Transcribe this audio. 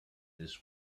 this